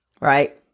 Right